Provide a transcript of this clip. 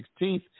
16th